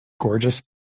gorgeous